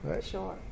Sure